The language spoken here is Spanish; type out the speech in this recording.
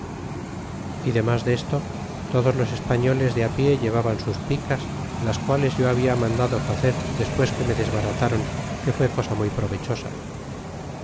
e demos de esto todos los es diolcs de ple llevaban sus picas las males yo habla mandado facer despucs que me desbaratron que fue cosa muy provechosa